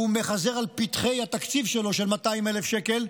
שהוא מחזר על הפתחים לתקציב שלו של 200,000 שקל,